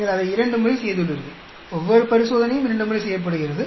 நீங்கள் அதை இரண்டு முறை செய்துள்ளீர்கள் ஒவ்வொரு பரிசோதனையும் இரண்டு முறை செய்யப்படுகிறது